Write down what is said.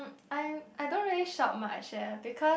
I am I don't really shop much eh because